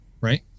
right